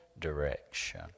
direction